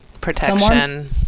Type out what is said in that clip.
Protection